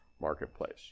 marketplace